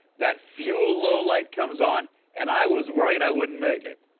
that fuel low light comes on and i was worried i wouldn't make it?